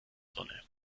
sonne